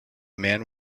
man